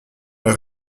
est